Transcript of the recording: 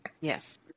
Yes